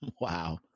Wow